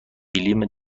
گلیم